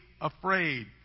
afraid